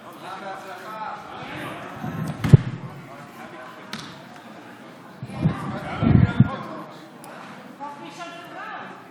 ההצעה להעביר את הצעת חוק לתיקון פקודת התעבורה